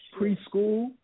preschool